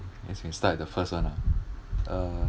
guess can start with the first one ah uh